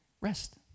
Rest